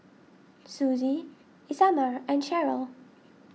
Suzie Isamar and Sheryl